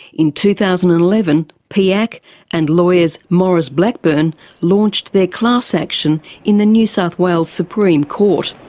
in two thousand and eleven piac and lawyers maurice blackburn launched their class action in the new south wales supreme court.